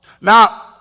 Now